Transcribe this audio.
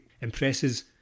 impresses